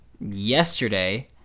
Yesterday